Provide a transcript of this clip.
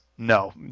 No